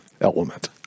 element